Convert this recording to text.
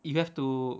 you have to